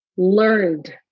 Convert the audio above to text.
learned